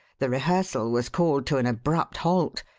the rehearsal was called to an abrupt halt.